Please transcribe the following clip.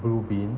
blue bin